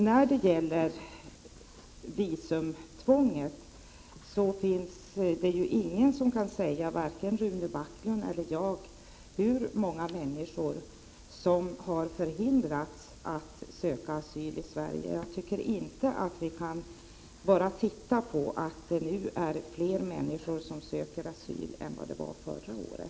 När det gäller visumtvånget finns det inte någon som kan säga, vare sig Rune Backlund eller jag, hur många människor som har förhindrats att söka asyl i Sverige. Jag anser att vi inte enbart kan nöja oss med att konstatera att det nu är fler människor som söker asyl än vad det var förra året.